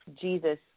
Jesus